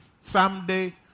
Someday